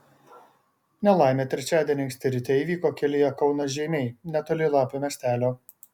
nelaimė trečiadienį anksti ryte įvyko kelyje kaunas žeimiai netoli lapių miestelio